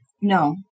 No